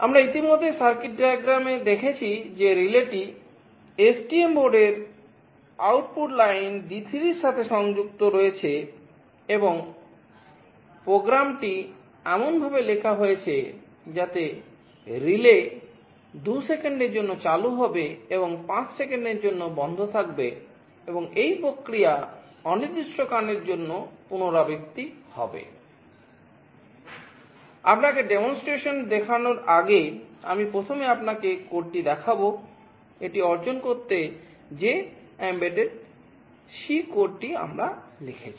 আমরা ইতিমধ্যে সার্কিট ডায়াগ্রামে দেখেছি যে রিলেটি STM বোর্ডের আউটপুট টি আমরা লিখেছি